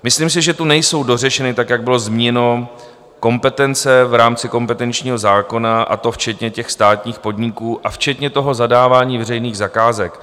Myslím si, že tu nejsou dořešeny tak, jak bylo zmíněno, kompetence v rámci kompetenčního zákona, a to včetně státních podniků a včetně zadávání veřejných zakázek.